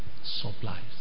Supplies